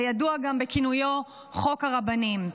הידוע גם בכינויו חוק הרבנים,